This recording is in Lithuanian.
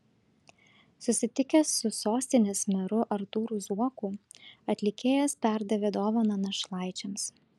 susitikęs su sostinės meru artūru zuoku atlikėjas perdavė dovaną našlaičiams